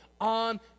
on